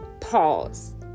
pause